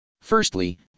Firstly